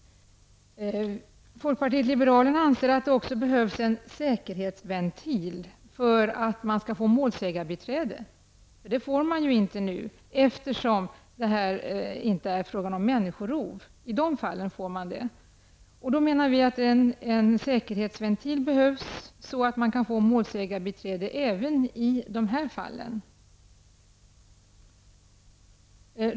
Folkpartiet liberalerna anser att det också behövs en säkerhetsventil för att man skall få målsägarbiträden. Det får man inte nu, eftersom detta inte betecknas som människorov, i vilket fall man får målsägarbiträde. Vi anser alltså att den säkerhetsventilen behövs så att man kan få målsägarbiträde även i dessa fall.